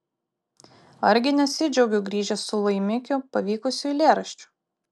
argi nesidžiaugiu grįžęs su laimikiu pavykusiu eilėraščiu